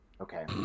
Okay